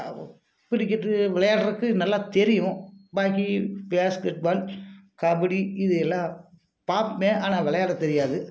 அ cricket விளையாட்றதுக்கு நல்லா தெரியும் பாக்கி பேஸ்கெட் பால் கபடி இது எல்லாம் பார்ப்பமே ஆனால் விளையாட தெரியாது